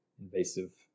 invasive